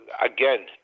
again